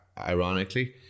ironically